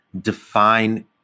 define